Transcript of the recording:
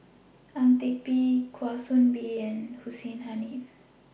Ang Teck Bee Kwa Soon Bee and Hussein Haniff